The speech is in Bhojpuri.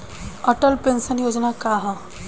अटल पेंशन योजना का ह?